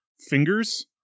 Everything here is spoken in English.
fingers